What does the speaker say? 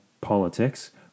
politics